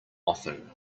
often